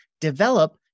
develop